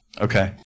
Okay